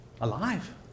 alive